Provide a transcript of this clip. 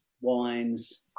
wines